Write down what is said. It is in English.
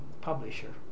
publisher